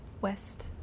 West